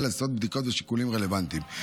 על יסוד בדיקות ושיקולים רלוונטיים,